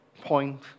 point